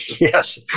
Yes